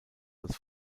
als